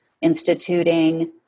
instituting